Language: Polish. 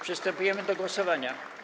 Przystępujemy do głosowania.